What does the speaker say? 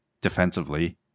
defensively